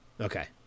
okay